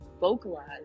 vocalize